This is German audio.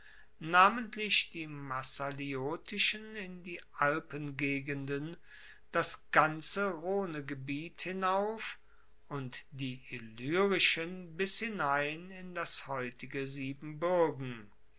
namentlich die massaliotischen in die alpengegenden das ganze rhonegebiet hinauf und die illyrischen bis hinein in das heutige